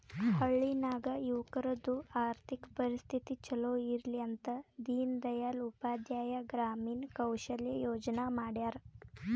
ಹಳ್ಳಿ ನಾಗ್ ಯುವಕರದು ಆರ್ಥಿಕ ಪರಿಸ್ಥಿತಿ ಛಲೋ ಇರ್ಲಿ ಅಂತ ದೀನ್ ದಯಾಳ್ ಉಪಾಧ್ಯಾಯ ಗ್ರಾಮೀಣ ಕೌಶಲ್ಯ ಯೋಜನಾ ಮಾಡ್ಯಾರ್